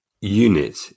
unit